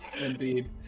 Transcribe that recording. indeed